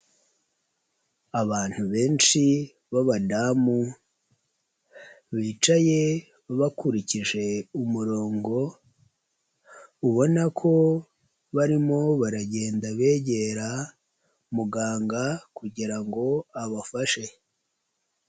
Abantu benshi b'abadamu bicaye bakurikije umurongo, ubona ko barimo baragenda begera muganga kugira ngo abafashe.